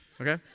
okay